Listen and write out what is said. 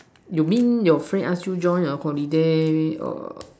you mean your friend ask you join a holiday or